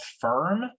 firm